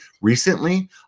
Recently